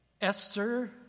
Esther